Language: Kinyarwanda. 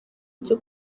byo